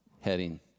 heading